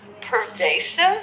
Pervasive